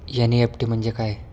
NEFT म्हणजे काय?